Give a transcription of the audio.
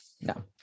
No